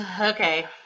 Okay